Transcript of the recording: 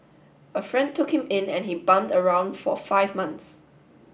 a friend took him in and he bummed around for five months